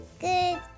good